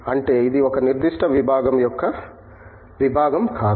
అంటే ఇది ఒక నిర్దిష్ట విబాగం యొక్క విభాగం కాదు